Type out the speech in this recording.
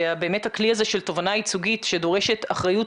באמת הכלי הזה של תובענה ייצוגית שדורשת אחריות